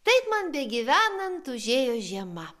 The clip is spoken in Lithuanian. taip man begyvenant užėjo žiema